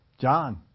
John